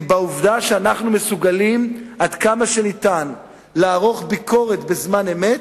היא בעובדה שאנחנו מסוגלים עד כמה שניתן לערוך ביקורת בזמן אמת,